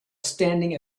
standing